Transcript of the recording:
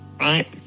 Right